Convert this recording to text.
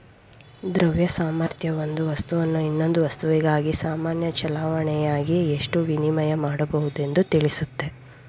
ದ್ರವ್ಯ ಸಾಮರ್ಥ್ಯ ಒಂದು ವಸ್ತುವನ್ನು ಇನ್ನೊಂದು ವಸ್ತುವಿಗಾಗಿ ಸಾಮಾನ್ಯ ಚಲಾವಣೆಯಾಗಿ ಎಷ್ಟು ವಿನಿಮಯ ಮಾಡಬಹುದೆಂದು ತಿಳಿಸುತ್ತೆ